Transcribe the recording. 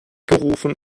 gerufen